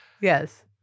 Yes